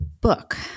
book